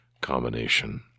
combination